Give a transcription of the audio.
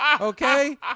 Okay